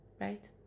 right